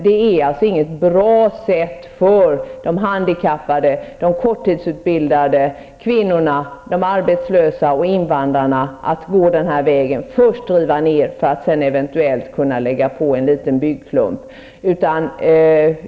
Det är inget bra sätt för de handikappade, för korttidsutbildade, för kvinnorna, de arbetslösa och invandrarna att man först river ner, för att sedan eventuellt lägga på en liten byggkloss.